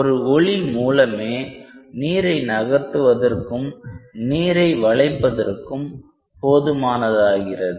ஒரு ஒளி மூலமே நீரை நகர்த்துவதற்கும் நீரை வளைப்பதற்கும் போதுமானதாகிறது